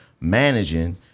managing